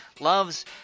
loves